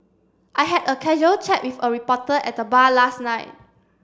I had a casual chat with a reporter at the bar last night